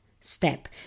step